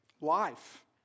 life